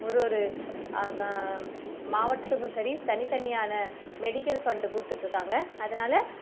ஒரு ஒரு மாவட்டத்துக்கும் சரி தனித்தனியான மெடிக்கல் ஃபண்டு கொடுத்துட்ருக்காங்க அதனால